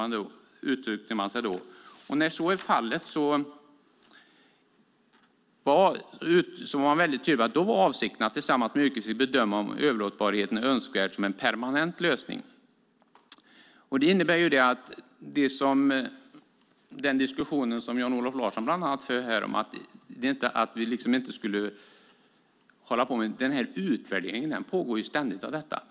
När så är fallet är avsikten att tillsammans med yrkesfisket bedöma om överlåtbarheten är önskvärd som en permanent lösning. Bland andra Jan-Olof Larsson för här en diskussion om att det inte skulle ske en utvärdering. En utvärdering pågår ju ständigt.